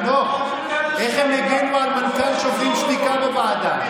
חנוך, איך הם הגנו על מנכ"ל שוברים שתיקה בוועדה?